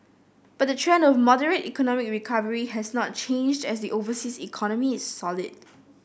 but the trend of moderate economic recovery has not changed as the overseas economy is solid